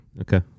Okay